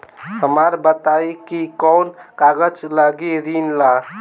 हमरा बताई कि कौन कागज लागी ऋण ला?